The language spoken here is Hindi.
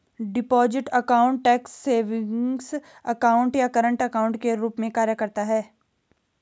deposit account tax savings account या करंट अकाउंट के रूप में कार्य करता है